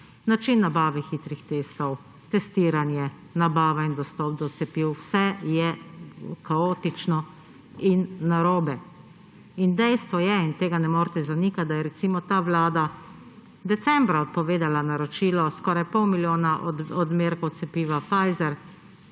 Način nabave hitrih testov, testiranje, nabava in dostop do cepiv, vse je kaotično in narobe. Dejstvo je, in tega ne morete zanikati, da je recimo ta vlada decembra odpovedala naročilo skoraj pol milijona odmerkov cepiva Pfizer,